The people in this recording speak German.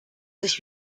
sich